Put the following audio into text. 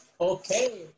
Okay